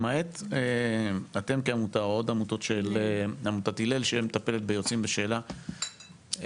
אתם כעמותה או עמותת הלל שמטפלת ביוצאים בשאלה,